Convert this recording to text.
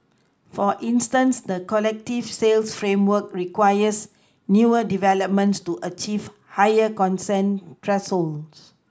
for instance the collective sales framework requires newer developments to achieve higher consent thresholds